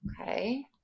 Okay